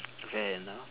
okay now